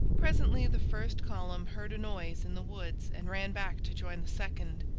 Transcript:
presently the first column heard a noise in the woods and ran back to join the second.